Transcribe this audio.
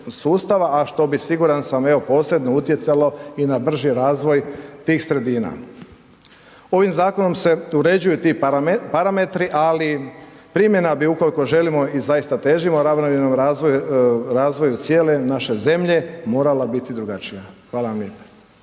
a što bi siguran sam evo posebno utjecalo i na brži razvoj tih sredina. Ovim zakonom se uređuju ti parametri ali primjena bi ukoliko želimo i zaista težimo ravnomjernom razvoju cijele naše zemlje, morala biti drugačija, hvala vam lijepa.